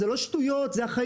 זה לא שטויות, זה החיים.